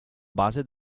base